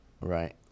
right